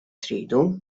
tridu